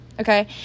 Okay